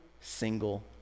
single